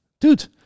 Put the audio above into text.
Dude